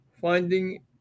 finding